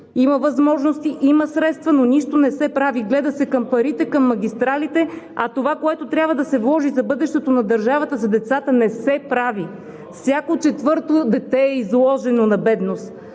има възможности, има средства, но нищо не се прави; гледа се към парите, към магистралите, а това, което трябва да се вложи в бъдещето на държавата, не се прави за децата; всяко четвърто дете е изложено на бедност.